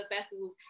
festivals